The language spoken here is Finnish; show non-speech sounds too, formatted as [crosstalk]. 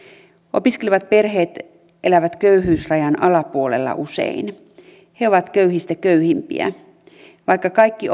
opiskelevat perheet elävät köyhyysrajan alapuolella usein he ovat köyhistä köyhimpiä vaikka kaikki [unintelligible]